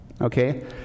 okay